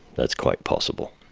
that's quite possible.